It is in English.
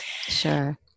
sure